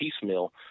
piecemeal